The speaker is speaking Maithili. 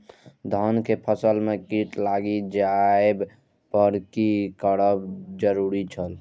धान के फसल में कीट लागि जेबाक पर की करब जरुरी छल?